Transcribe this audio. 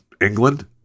England